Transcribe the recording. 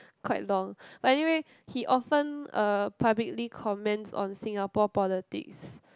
quite long but anyway he often uh publicly comments on Singapore politics